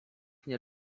nie